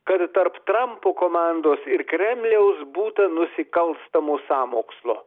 kad tarp trampo komandos ir kremliaus būtą nusikalstamo sąmokslo